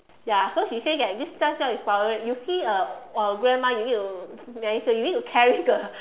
ya so she said that you see a a grandma you need to medicine you need to carry the